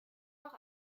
noch